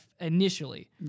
initially